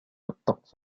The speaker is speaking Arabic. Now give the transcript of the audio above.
الطقس